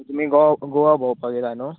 तुमी गोवा गोवा भोंवपाक येला न्हू